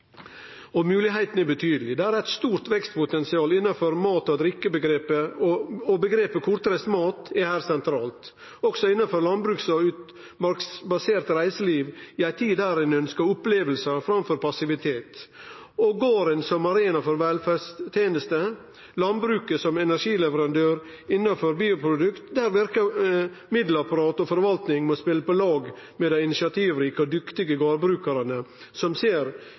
er betydelege. Det er eit stort vekstpotensial innanfor mat og drikke, og omgrepet «kortreist mat» er her sentralt, også innanfor landbruks- og utmarksbasert reiseliv i ei tid der ein ønskjer opplevingar framfor passivitet. Garden kan vere arena for velferdstenester og landbruket energileverandør innanfor bioprodukt, der verkemiddelapparat og forvaltning må spele på lag med dei initiativrike og dyktige gardbrukarane som ser